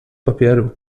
papieru